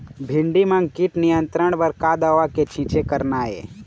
भिंडी म कीट नियंत्रण बर का दवा के छींचे करना ये?